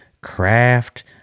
craft